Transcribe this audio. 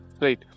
Right